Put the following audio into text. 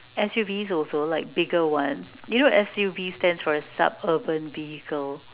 S_U_V also like bigger ones you know S_U_V stands for a sub urban vehicle